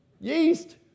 Yeast